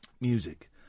music